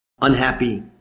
unhappy